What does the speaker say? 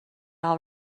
all